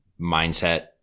mindset